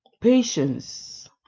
patience